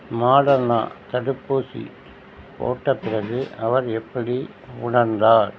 மாடனா தடுப்பூசி போட்டப் பிறகு அவர் எப்படி உணர்ந்தார்